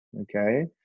Okay